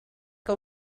que